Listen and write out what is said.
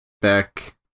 back